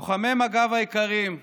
לוחמי מג"ב היקרים,